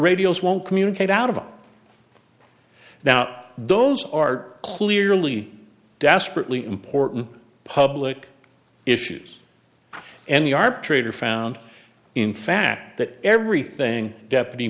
radios won't communicate out of now those are clearly desperately important public issues and the arbitrator found in fact that everything deputy